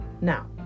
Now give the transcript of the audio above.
Now